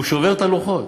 הוא שובר את הלוחות,